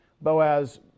Boaz